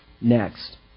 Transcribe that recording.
Next